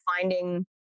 finding